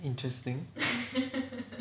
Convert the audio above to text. interesting